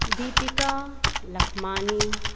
Deepika Lakhmani